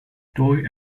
toy